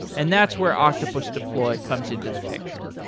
and that's where octopus deploy comes into the picture.